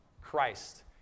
Christ